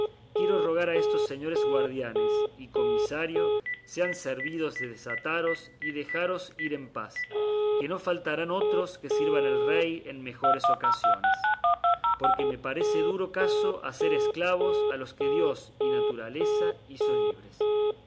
quiero rogar a estos señores guardianes y comisario sean servidos de desataros y dejaros ir en paz que no faltarán otros que sirvan al rey en mejores ocasiones porque me parece duro caso hacer esclavos a los que dios y naturaleza hizo libres